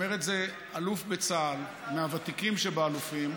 אומר את זה אלוף בצה"ל, מהוותיקים שבאלופים.